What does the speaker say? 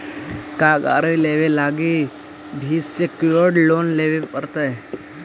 का गाड़ी लेबे लागी भी सेक्योर्ड लोन लेबे पड़तई?